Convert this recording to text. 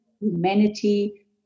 humanity